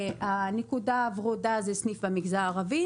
נקודה ורודה היא סניף במגזר הערבי,